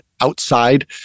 outside